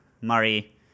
Murray